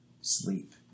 sleep